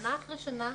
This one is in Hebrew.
שנה אחרי שנה,